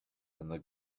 and